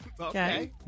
Okay